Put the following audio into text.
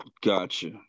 gotcha